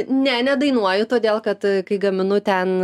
ne nedainuoju todėl kad kai gaminu ten